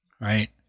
Right